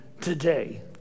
today